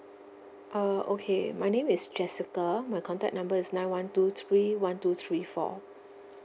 uh okay my name is jessica my contact number is nine one two three one two three four